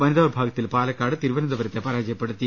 വനിതാവിഭാഗത്തിൽ പാലക്കാട് തിരുവനന്തപുരത്തെ പരാജയപ്പെടുത്തി